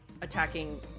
attacking